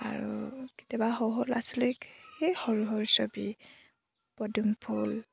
আৰু কেতিয়াবা সৰু সৰু ল'ৰা ছোৱালীক সেই সৰু সৰু ছবি পদুম ফুল